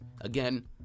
Again